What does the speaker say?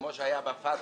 כמו שהיה בפטקא,